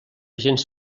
gens